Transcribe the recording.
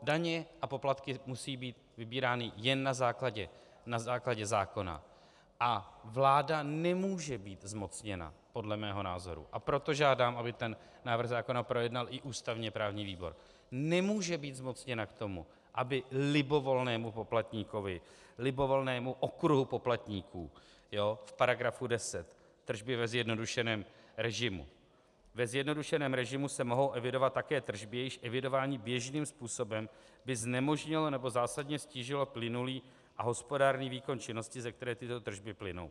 Daně a poplatky musí být vybírány jen na základě zákona a vláda nemůže být zmocněna podle mého názoru, a proto žádám, aby tento návrh zákona projednal i ústavněprávní výbor, nemůže být zmocněna k tomu, aby libovolnému poplatníkovi, libovolnému okruhu poplatníků v § 10 Tržby ve zjednodušeném režimu: Ve zjednodušeném režimu se mohou evidovat také tržby, jejichž evidování běžným způsobem by znemožnilo nebo zásadně ztížilo plynulý a hospodárný výkon činnosti, ze které tyto tržby plynou.